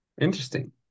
Interesting